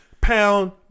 pound